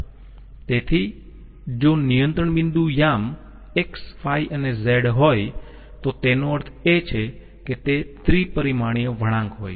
તેથી જો નિયંત્રણ બિંદુ યામ x y અને z હોય તો તેનો અર્થ એ છે કે તે ત્રિ પરિમાણીય વળાંક હોય છે